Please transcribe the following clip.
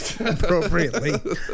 appropriately